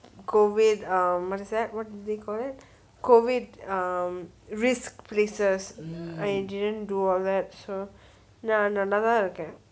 COVID um what is that what do you call it COVID um risk places I didn't do all that so நா நல்லா தா இருக்கேன்:naa nallatha irukken